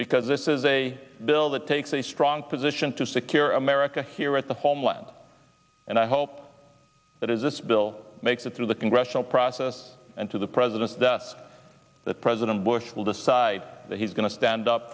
because this is a bill that takes a strong position to secure america here at the homeland and i hope that is this bill makes it through the congressional process and to the president that president bush will decide that he's going to stand up